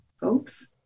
folks